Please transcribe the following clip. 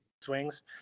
swings